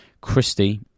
Christie